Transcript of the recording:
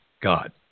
God